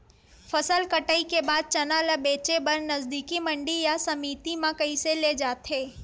फसल कटाई के बाद चना ला बेचे बर नजदीकी मंडी या समिति मा कइसे ले जाथे?